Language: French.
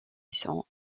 son